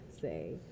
say